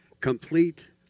complete